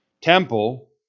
temple